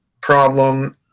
problem